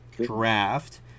draft